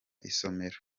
isomero